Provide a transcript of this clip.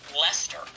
Lester